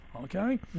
Okay